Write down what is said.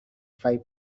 five